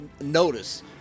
notice